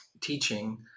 teaching